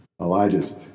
Elijah's